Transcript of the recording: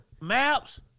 Maps